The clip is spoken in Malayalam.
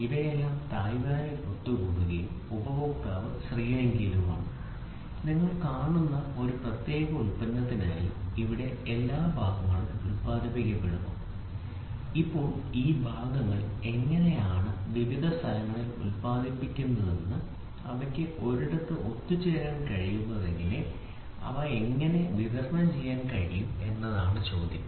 ഇവയെല്ലാം തായ്വാനിൽ ഒത്തുകൂടുകയും ഉപഭോക്താവ് ശ്രീലങ്കയിലുമാണ് നിങ്ങൾ കാണുന്ന ഒരു പ്രത്യേക ഉൽപ്പന്നത്തിനായി ഇവിടെ എല്ലാ ഭാഗങ്ങളും ഉൽപാദിപ്പിക്കപ്പെടുന്നു ഇപ്പോൾ ഈ ഭാഗങ്ങൾ എങ്ങനെയാണ് വിവിധ സ്ഥലങ്ങളിൽ ഉൽപാദിപ്പിക്കുന്നത് അവയ്ക്ക് ഒരിടത്ത് ഒത്തുചേരാൻ കഴിയുന്നത് എങ്ങനെ അവ എങ്ങനെ വിതരണം ചെയ്യാൻ കഴിയും എന്നതാണ് ചോദ്യം